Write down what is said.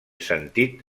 sentit